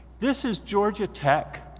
this is georgia tech.